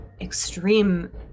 extreme